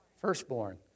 Firstborn